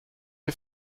die